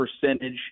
percentage